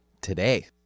today